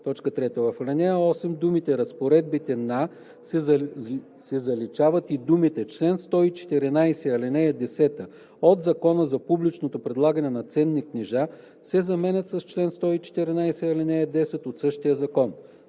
закон“. 3. В ал. 8 думите „разпоредбите на“ се заличават и думите „чл. 114, ал. 10 от Закона за публичното предлагане на ценни книжа“ се заменят с „чл. 114, ал. 10 от същия закон“.